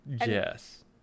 yes